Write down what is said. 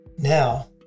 Now